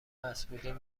مسئولین